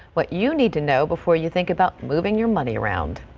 what you need to know before you think about moving your money around.